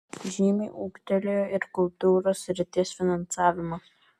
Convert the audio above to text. žymiai ūgtelėjo ir kultūros srities finansavimas